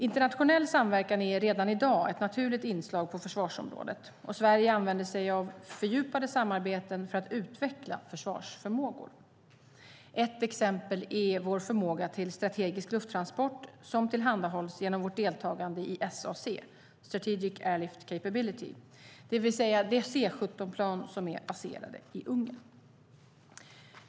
Internationell samverkan är redan i dag ett naturligt inslag på försvarsområdet, och Sverige använder sig av fördjupade samarbeten för att utveckla försvarsförmågor. Ett exempel är förmåga till strategisk lufttransport som tillhandahålls genom vårt deltagande i SAC , det vill säga de C-17-plan som är baserade i Ungern.